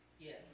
Yes